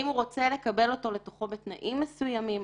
האם לקבל בתנאים מסוימים.